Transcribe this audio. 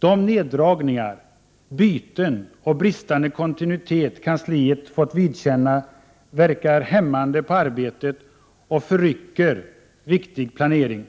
De neddragningar och byten och den bristande kontinuitet kansliet fått vidkännas verkar hämmande på arbetet och förrycker viktig planering.